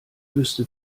wüsste